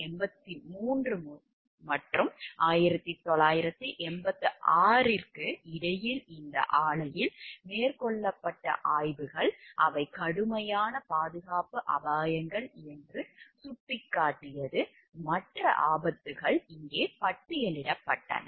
எனவே 1983 மற்றும் 1986 க்கு இடையில் இந்த ஆலைகளில் மேற்கொள்ளப்பட்ட ஆய்வுகள் அவை கடுமையான பாதுகாப்பு அபாயங்கள் என்று சுட்டிக்காட்டியது மற்ற ஆபத்துகள் இங்கே பட்டியலிடப்பட்டுள்ளன